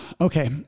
Okay